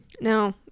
No